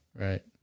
Right